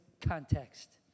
context